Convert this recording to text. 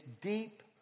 deep